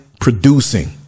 producing